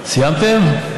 סיימתם?